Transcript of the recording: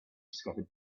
scattered